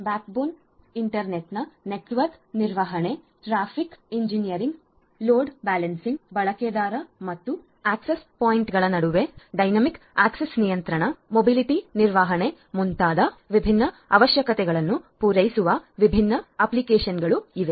back ಬೋನ್ internet ನ network ನಿರ್ವಹಣೆ traffic engineering load balancing ಬಳಕೆದಾರ ಮತ್ತು ಆಕ್ಸೆಸ್ ಪಾಯಿಂಟ್ಗಳ ನಡುವೆ ಡೈನಾಮಿಕ್ ಆಕ್ಸೆಸ್ ನಿಯಂತ್ರಣ ಮೊಬಿಲಿಟಿ ನಿರ್ವಹಣೆ ಮುಂತಾದ ವಿಭಿನ್ನ ಅವಶ್ಯಕತೆಗಳನ್ನು ಪೂರೈಸುವ ವಿಭಿನ್ನ ಅಪ್ಲಿಕೇಶನ್ಗಳು ಇವೆ